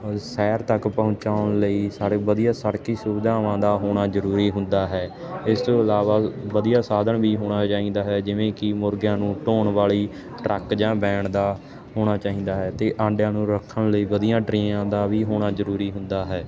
ਸ਼ਹਿਰ ਤੱਕ ਪਹੁੰਚਾਉਣ ਲਈ ਸਾਰੇ ਵਧੀਆ ਸੜਕੀ ਸੁਵਿਧਾਵਾਂ ਦਾ ਹੋਣਾ ਜਰੂਰੀ ਹੁੰਦਾ ਹੈ ਇਸ ਤੋਂ ਇਲਾਵਾ ਵਧੀਆ ਸਾਧਨ ਵੀ ਹੋਣਾ ਚਾਹੀਂਦਾ ਹੈ ਜਿਵੇਂ ਕੀ ਮੁਰਗਿਆਂ ਨੂੰ ਢੋਣ ਵਾਲੀ ਟਰੱਕ ਜਾਂ ਵੈਨ ਦਾ ਹੋਣਾ ਚਾਹੀਂਦਾ ਹੈ ਤੇ ਆਂਡਿਆਂ ਨੂੰ ਰੱਖਣ ਲਈ ਵਧੀਆ ਟਰੇਆਂ ਦਾ ਵੀ ਹੋਣਾ ਜਰੂਰੀ ਹੁੰਦਾ ਹੈ